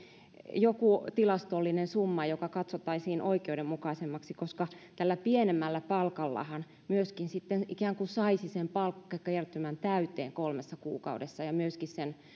joku tilastollinen summa joka katsottaisiin oikeudenmukaisemmaksi koska tällä pienemmällä palkallahan myöskin sitten ikään kuin saisi sen palkkakertymän täyteen kolmessa kuukaudessa ja myöskin sen